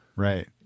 Right